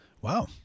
Wow